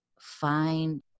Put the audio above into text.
find